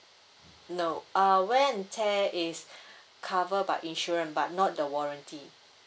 no uh wear and tear is cover by insurance but not the warranty